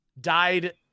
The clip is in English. died